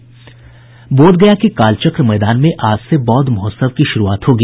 बोधगया के कालचक्र मैदान में आज से बौद्ध महोत्सव की शुरूआत होगी